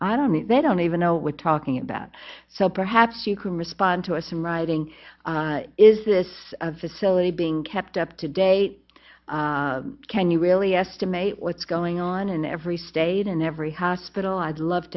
i don't need they don't even know we're talking about so perhaps you can respond to us in writing is this a facility being kept up to date can you really estimate what's going on in every state in every hospital i'd love